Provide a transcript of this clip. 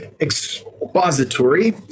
expository